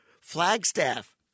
Flagstaff